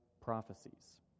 prophecies